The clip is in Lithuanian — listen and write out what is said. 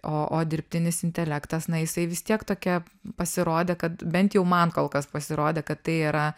o o dirbtinis intelektas na jisai vis tiek tokia pasirodė kad bent jau man kol kas pasirodė kad tai yra